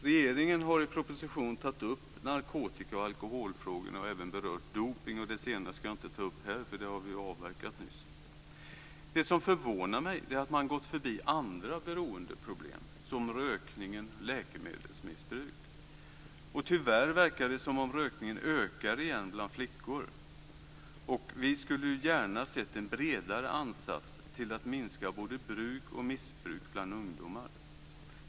Regeringen har i proposition tagit upp narkotika och alkoholfrågorna och även berört dopning. Det senare ska jag inte ta upp här, eftersom vi nyss har avverkat det. Det som förvånar mig är att man har gått förbi andra beroendeproblem, som rökningen och läkemedelsmissbruk. Tyvärr verkar det som om rökningen ökar igen bland flickor. Vi skulle gärna sett en bredare ansats till att minska både bruk och missbruk bland ungdomar.